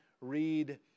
read